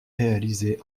réalisée